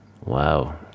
Wow